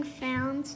found